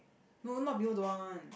no not people don't want one